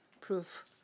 proof